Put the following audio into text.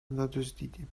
ندزدیدیم